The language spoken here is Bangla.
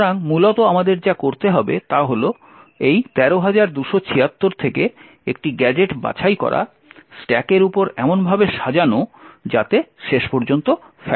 সুতরাং মূলত আমাদের যা করতে হবে তা হল এই 13276 থেকে একটি গ্যাজেট বাছাই করা স্ট্যাকের উপর এমনভাবে সাজানো যাতে শেষ পর্যন্ত 10